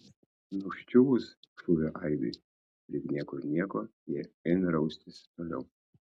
nuščiuvus šūvio aidui lyg niekur nieko jie ėmė raustis toliau